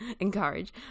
encourage